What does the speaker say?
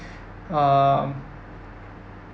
um